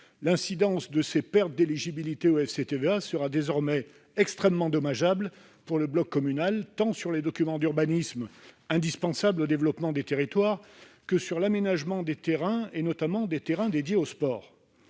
L'incidence de ces pertes d'éligibilité au FCTVA sera désormais extrêmement dommageable pour le bloc communal, tant sur les documents d'urbanisme indispensables au développement des territoires que sur l'aménagement des terrains, notamment des terrains consacrés au sport.